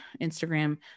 Instagram